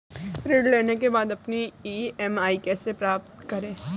ऋण लेने के बाद अपनी ई.एम.आई कैसे पता करें?